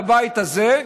בבית הזה,